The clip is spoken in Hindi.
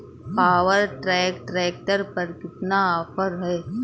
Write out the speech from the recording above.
पावर ट्रैक ट्रैक्टर पर कितना ऑफर है?